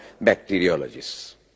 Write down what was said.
bacteriologists